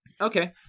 Okay